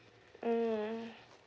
mm